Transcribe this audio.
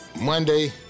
Monday